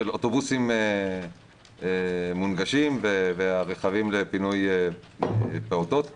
אוטובוסים מונגשים ורכבים לפינוי פעוטות